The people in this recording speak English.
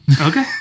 Okay